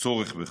צורך בכך.